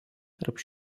tarp